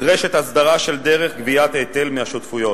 נדרשת הסדרה של דרך גביית ההיטל מהשותפויות.